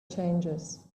changes